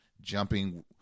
jumping